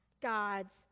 God's